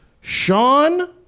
Sean